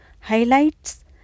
highlights